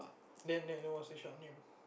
then then what's your shop name